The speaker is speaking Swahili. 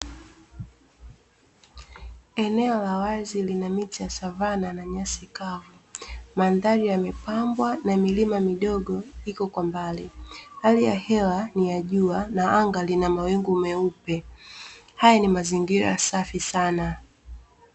Eneo la wazi, lina miti ya savana na nyasi kavu. Mandhari yamepambwa na milima midogo iko kwa mbali. Hali ya hewa ni ya jua na anga lina mawingu meupe. Haya ni mazingira safi sana.